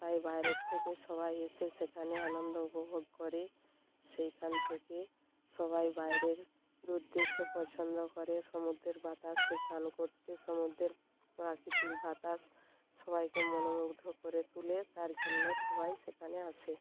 তাই বাইরের থেকে সবাই এসে সেখানে আনন্দ উপভোগ করে সেইখান থেকে সবাই বাইরের দূর দেশে পছন্দ করে সমুদ্রের বাতাসে স্নান করতে সমুদ্রের প্রাকৃতিক বাতাস সবাইকে মনোমুগ্ধ করে তুলে তার জন্য সবাই সেখানে আসে